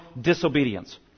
disobedience